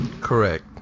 Correct